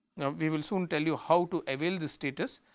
now we will soon tell you how to avail the status,